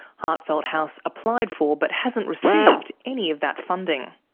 heartfelt house applied for but hasn't received any of that funding.